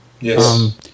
Yes